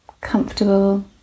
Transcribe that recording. comfortable